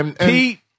Pete